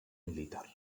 militar